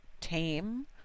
tame